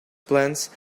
plans